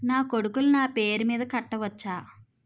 నా కొడుకులు నా పేరి మీద కట్ట వచ్చా?